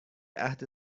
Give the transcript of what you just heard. عهد